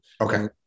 okay